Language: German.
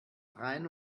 rhein